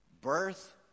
birth